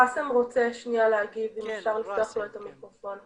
ראסם רוצה להגיב, אם אפשר לפתוח לו את המיקרופון.